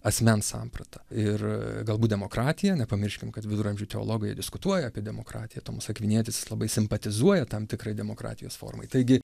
asmens sampratą ir galbūt demokratiją nepamirškim kad viduramžių teologai diskutuoja apie demokratiją tomas akvinietis labai simpatizuoja tam tikrą demokratijos formą taigi